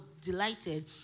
delighted